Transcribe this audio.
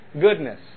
Goodness